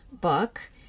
book